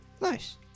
Nice